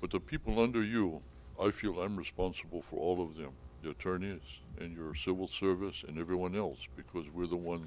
but the people under you i feel i'm responsible for all of them deter news and your civil service and everyone else because we're the ones